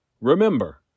Remember